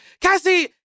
Cassie